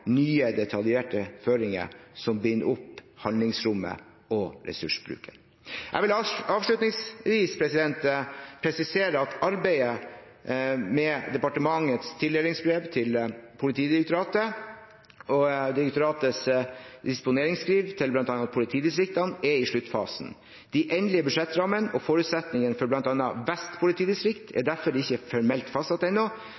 nye detaljerte føringer som binder opp handlingsrommet og ressursbruken. Jeg vil avslutningsvis presisere at arbeidet med departementets tildelingsbrev til Politidirektoratet og direktoratets disponeringsskriv til bl.a. politidistriktene er i sluttfasen. De endelige budsjettrammene og forutsetningene for bl.a. Vest politidistrikt er derfor ikke formelt fastsatt ennå,